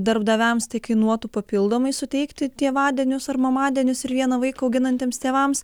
darbdaviams tai kainuotų papildomai suteikti tėvadienius ar mamadienius ir vieną vaiką auginantiems tėvams